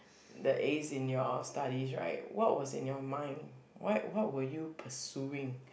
the A's in your study right what was in your mind why what were you pursuing